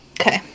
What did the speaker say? okay